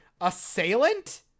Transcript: assailant